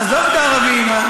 עזוב את הערבים.